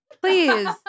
Please